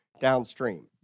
downstream